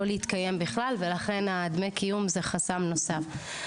להתקיים בכלל ולכן דמי הקיום זה חסם נוסף.